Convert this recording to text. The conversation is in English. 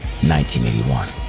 1981